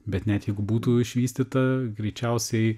bet net jeigu būtų išvystyta greičiausiai